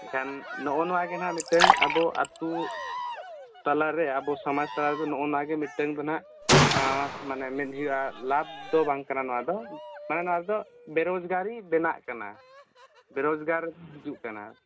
ᱮᱱᱠᱷᱟᱱ ᱱᱚᱜᱼᱚ ᱱᱚᱭᱟ ᱜᱮ ᱱᱟᱦᱟᱜ ᱢᱤᱫᱴᱮᱱ ᱟᱵᱚ ᱟᱛᱳ ᱴᱚᱞᱟᱨᱮ ᱟᱵᱚ ᱥᱟᱢᱟᱡᱽ ᱛᱟᱞᱟ ᱨᱮᱫᱚ ᱱᱚᱜᱼᱚ ᱱᱟᱜᱮ ᱢᱤᱫᱴᱟᱝ ᱫᱚ ᱱᱟᱦᱟᱜ ᱢᱟᱱᱮ ᱢᱮᱱ ᱦᱩᱭᱩᱜᱼᱟ ᱞᱟᱵᱷ ᱫᱚ ᱵᱟᱝᱠᱟᱱᱟ ᱱᱚᱣᱟ ᱫᱚ ᱢᱟᱱᱮ ᱱᱚᱣᱟ ᱨᱮᱫᱚ ᱵᱮᱨᱚᱡᱽᱜᱟᱨᱤ ᱵᱮᱱᱟᱜ ᱠᱟᱱᱟ ᱵᱮᱨᱚᱡᱽᱜᱟᱨ ᱦᱤᱡᱩᱜ ᱠᱟᱱᱟ